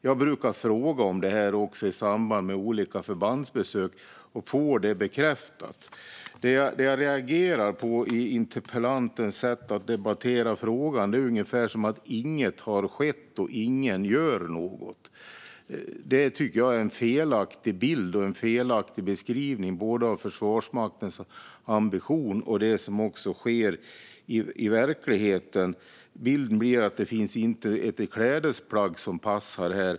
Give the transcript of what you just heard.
Jag brukar också fråga om det här i samband med olika förbandsbesök och få det bekräftat. Det jag reagerar på är interpellantens sätt att debattera frågan ungefär som att inget har skett och ingen gör något. Det tycker jag är en felaktig bild och en felaktig beskrivning, både av Försvarsmaktens ambition och av det som sker i verkligheten. Bilden blir att det inte finns ett klädesplagg som passar.